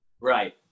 Right